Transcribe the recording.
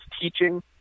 teaching